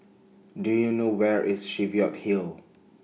Do YOU know Where IS Cheviot Hill